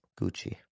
Gucci